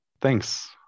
Thanks